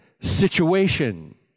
situation